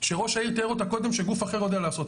שראש העיר תיאר אותה קודם שגוף אחר יודע לעשות.